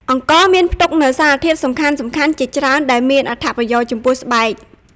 អង្ករមានផ្ទុកនូវសារធាតុសំខាន់ៗជាច្រើនដែលមានអត្ថប្រយោជន៍ចំពោះស្បែក។